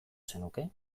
zenuke